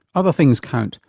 other things count,